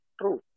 true